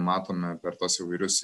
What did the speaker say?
matome per tuos įvairius